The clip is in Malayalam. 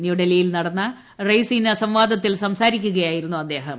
ന്യൂഡൽഹിയിൽ നടന്ന റെയ്സിന സംവാദത്തിൽ സംസാരിക്കുകയായിരുന്നു അദ്ദേഹം